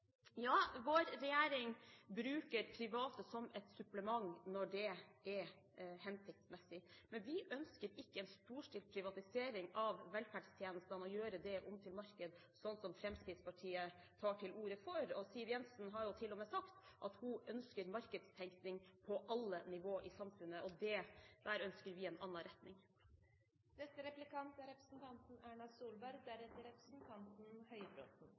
Ja, vår regjering bruker private som et supplement når det er hensiktsmessig, men vi ønsker ikke en storstilt privatisering av velferdstjenesten og å gjøre det om til marked, slik som Fremskrittspartiet tar til orde for. Siv Jensen har til og med sagt at hun ønsker markedstenkning på alle nivå i samfunnet. Der ønsker vi en